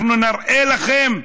אנחנו נראה לכם?